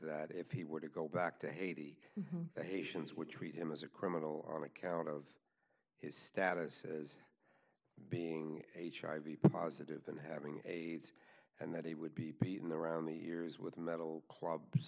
that if he were to go back to haiti the haitians would treat him as a criminal on account of his status as being hiv positive and having aids and that he would be peace in the around the ears with metal clubs